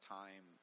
time